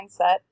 mindset